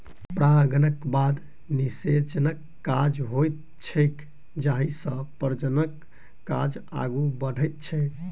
परागणक बाद निषेचनक काज होइत छैक जाहिसँ प्रजननक काज आगू बढ़ैत छै